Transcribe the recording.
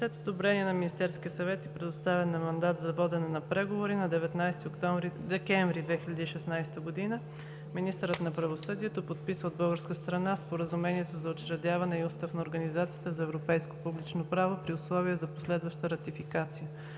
След одобрение от Министерския съвет и предоставяне на мандат за водене на преговори на 19 декември 2016 г. министърът на правосъдието подписа от българска страна Споразумението за учредяване и Устав на Организацията за европейско публично право при условие за последваща ратификация.